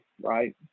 right